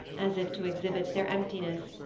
as if to exhibit their emptiness,